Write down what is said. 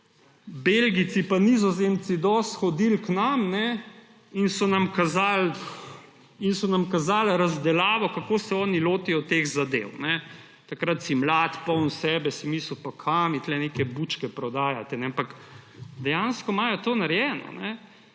Belgijci pa Nizozemci dosti hodili k nam in so nam kazali razdelavo, kako se oni lotijo teh zadev. Takrat si mlad, poln sam sebe, si misliš, pa kaj mi tu neke bučke prodajate, ampak dejansko imajo to narejeno.